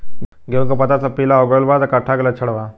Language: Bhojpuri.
गेहूं के पता सब पीला हो गइल बा कट्ठा के लक्षण बा?